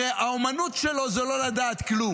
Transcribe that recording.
הרי האומנות שלו זה לא לדעת כלום,